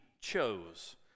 chose